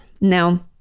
Now